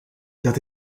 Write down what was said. dat